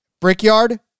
Brickyard